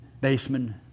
baseman